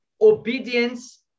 obedience